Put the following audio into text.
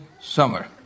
summer